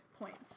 points